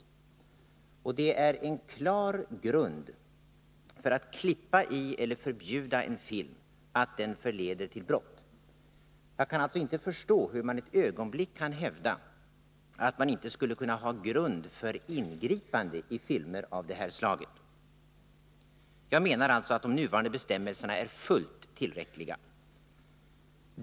Att en film förleder till brott är en klar grund att klippa i eller förbjuda den. Jag kan alltså inte förstå hur man för ett ögonblick kan hävda att man inte skulle kunna ha grund för ingripande i filmer av det här slaget. Jag menar alltså att de nuvarande bestämmelserna är fullt tillräckliga.